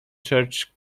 church